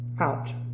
out